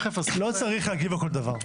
לא צריך להגיב על כל דבר.